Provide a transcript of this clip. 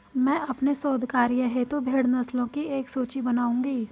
मैं अपने शोध कार्य हेतु भेड़ नस्लों की एक सूची बनाऊंगी